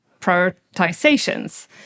prioritizations